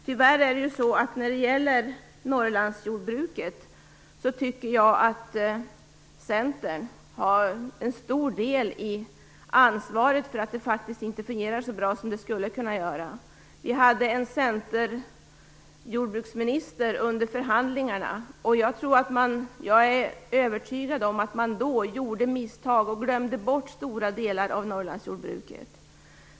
Tyvärr är det så att Centern har en stor del i ansvaret för att stödet till Norrlandsjordbruket inte fungerar så bra som det skulle kunna göra. Vi hade en Centerjordbruksminister under förhandlingarna, och jag är övertygad om att man då gjorde misstag och glömde bort stora delar av Norrlandsjordbruket.